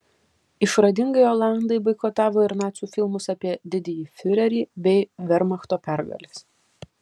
išradingai olandai boikotavo ir nacių filmus apie didįjį fiurerį bei vermachto pergales